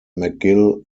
mcgill